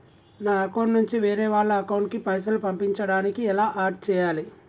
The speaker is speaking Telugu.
నా అకౌంట్ నుంచి వేరే వాళ్ల అకౌంట్ కి పైసలు పంపించడానికి ఎలా ఆడ్ చేయాలి?